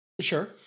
Sure